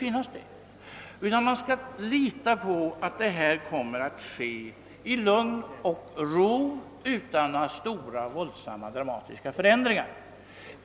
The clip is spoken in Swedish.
Man skall i stället ha förtroende för att detta skall kunna genomföras i lugn och ro utan några stora dramatiska förändringar.